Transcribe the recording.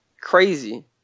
crazy